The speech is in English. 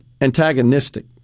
antagonistic